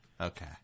Okay